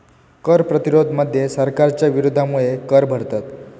कर प्रतिरोध मध्ये सरकारच्या विरोधामुळे कर भरतत